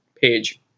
page